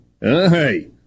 Hey